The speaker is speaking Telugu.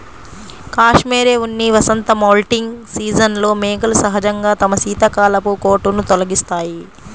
కష్మెరె ఉన్ని వసంత మౌల్టింగ్ సీజన్లో మేకలు సహజంగా తమ శీతాకాలపు కోటును తొలగిస్తాయి